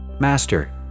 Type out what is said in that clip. Master